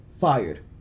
fired